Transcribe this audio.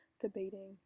Debating